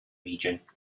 region